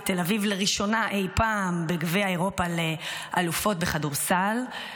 תל אביב לראשונה אי פעם בגביע אירופה לאלופות בכדורסל,